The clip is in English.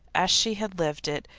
as she had lived it,